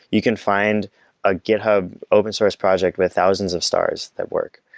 you can find a github open source project with thousands of stars that work.